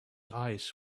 eyes